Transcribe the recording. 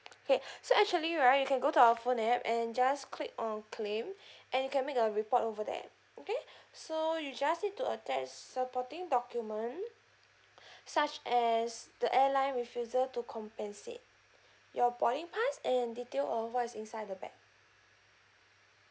okay so actually right you can go to our phone app and just click on claim and you can make a report over there okay so you just need to attend supporting document such as the airline refuses to compensate your boarding pass and detail or what is inside the bag